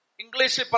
English